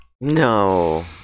No